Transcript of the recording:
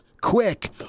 quick